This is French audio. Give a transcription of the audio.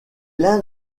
l’un